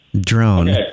drone